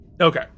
Okay